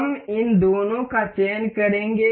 हम इन दोनों का चयन करेंगे